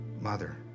mother